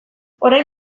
orain